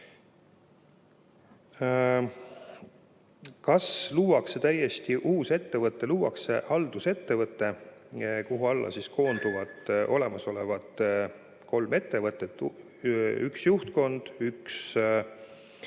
Kas luuakse täiesti uus ettevõte? Luuakse valdusettevõte, kuhu alla koonduvad olemasolevad kolm ettevõtet: üks juhtkond, üks